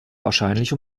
wahrscheinlich